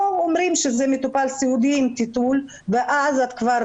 או אומרים שזה מטופל סיעודי עם טיטול ואז את כבר